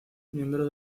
miembro